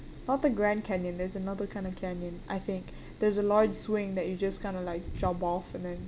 not the grand canyon there's another kind of canyon I think there's a large swing that you just kind of like jump off and then